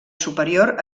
superior